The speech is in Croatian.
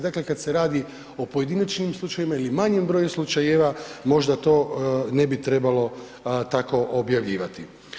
Dakle kada se radi o pojedinačnim slučajevima ili u manjem broju slučajeva možda to ne bi trebalo tako objavljivati.